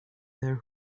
their